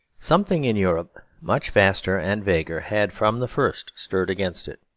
something in europe much vaster and vaguer had from the first stirred against it.